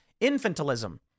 infantilism